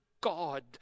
God